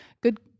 good